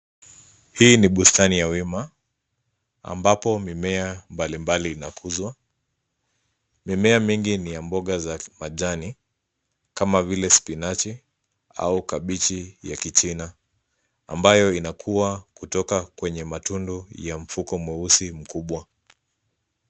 Hii ni bustani ya wima, ambapo mimea mbali mbali inakuzwa. Mimea mingi ni ya mboga za majani, kama vile spinachi au kabichi ya kichina, ambayo inakua kutoka kwenye matundu ya mfuko mweusi mkubwa.